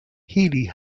healy